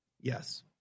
Yes